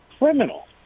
criminal